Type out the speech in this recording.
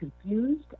confused